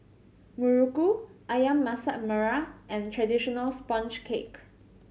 muruku Ayam Masak Merah and traditional sponge cake